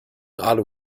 alu